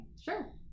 Sure